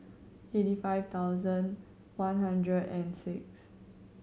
eighty five thousand one hundred and six